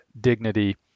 dignity